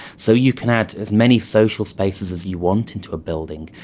so you can add as many social spaces as you want into a building,